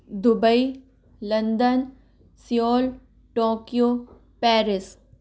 Dubai London Seoul Tokyo Paris